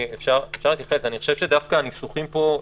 אני חושב שדווקא הניסוחים פה,